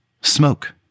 smoke